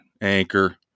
Anchor